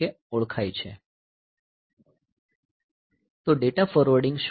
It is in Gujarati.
તો ડેટા ફોરવર્ડિંગ શું છે